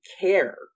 care